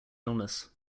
illness